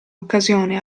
occasione